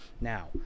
Now